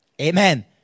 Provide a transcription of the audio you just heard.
Amen